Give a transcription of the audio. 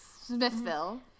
Smithville